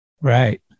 right